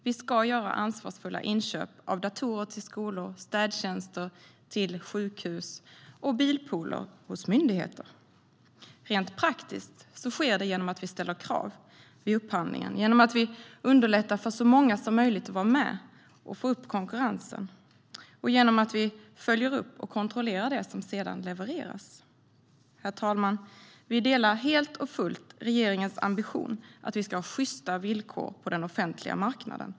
Vi ska göra ansvarsfulla inköp av datorer till skolor, städtjänster till sjukhus och bilpooler hos myndigheter. Rent praktiskt sker det genom att vi ställer krav vid upphandlingen, genom att vi underlättar för så många som möjligt att vara med och få upp konkurrensen och genom att vi följer upp och kontrollerar det som sedan levereras. Herr talman! Vi delar helt och fullt regeringens ambition att vi ska ha sjysta villkor på den offentliga marknaden.